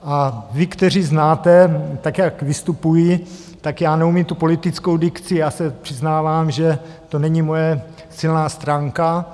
A vy, kteří znáte, jak vystupuji, tak já neumím tu politickou dikci, já se přiznávám, že to není moje silná stránka.